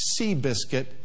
Seabiscuit